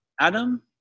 Adam